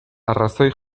arrazoi